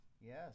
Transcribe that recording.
Yes